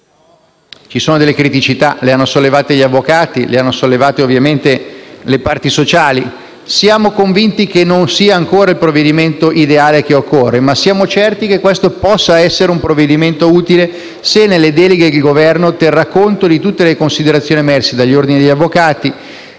Ci sono delle criticità, che sono state sollevate dagli avvocati e ovviamente dalle parti sociali. Siamo convinti che non sia ancora il provvedimento ideale, ma siamo certi che questo possa essere un provvedimento utile, se nelle deleghe il Governo terrà conto di tutte le considerazioni emerse dagli ordini degli avvocati,